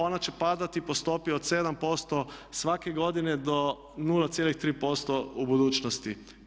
Ona će padati po stopi od 7% svake godine do 0,3% u budućnosti.